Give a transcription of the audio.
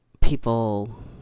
people